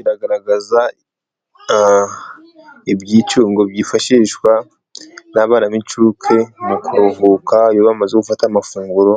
Biragaragaza ibyicungo byifashishwa n'abana b'incuke mu kuruhuka, iyo bamaze gufata amafunguro